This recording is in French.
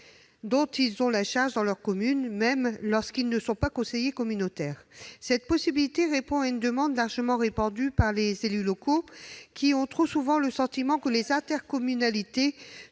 dont ils ont la charge dans leur commune, même lorsqu'ils ne sont pas conseillers communautaires. Cette possibilité répond à une demande largement répandue chez les élus locaux, qui ont trop souvent le sentiment que les intercommunalités